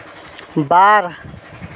ᱵᱟᱨ